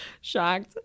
shocked